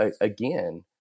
again